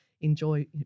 enjoy